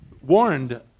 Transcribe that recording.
warned